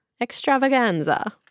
extravaganza